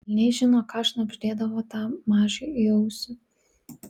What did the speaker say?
velniai žino ką šnabždėdavo tam mažiui į ausį